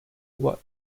what